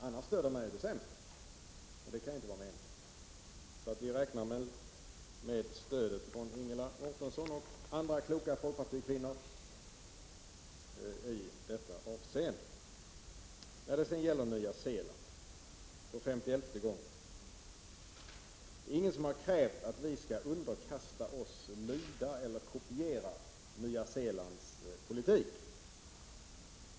Annars stöder man ju det sämsta, och det kan inte vara meningen. Vi räknar alltså med ett stöd från Ingela Mårtensson och andra kloka folkpartikvinnor i detta avseende. När det sedan gäller Nya Zeeland måste jag för femtioelfte gången säga att det inte är någon som har krävt att Sverige skall underkasta sig, lyda eller kopiera Nya Zeelands politik.